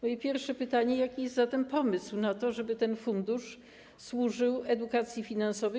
Moje pierwsze pytanie: Jaki jest zatem pomysł na to, żeby ten fundusz służył edukacji finansowej.